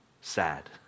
sad